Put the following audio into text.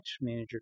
manager